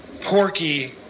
porky